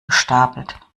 gestapelt